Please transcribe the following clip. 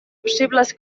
possibles